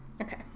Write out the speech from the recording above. Okay